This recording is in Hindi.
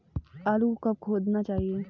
आलू को कब खोदना चाहिए?